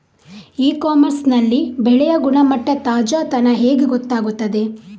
E commerce ನಲ್ಲಿ ಬೆಳೆಯ ಗುಣಮಟ್ಟ, ತಾಜಾತನ ಹೇಗೆ ಗೊತ್ತಾಗುತ್ತದೆ?